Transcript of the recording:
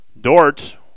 Dort